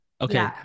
Okay